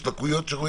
יש לקויות שרואים,